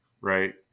right